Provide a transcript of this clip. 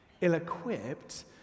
ill-equipped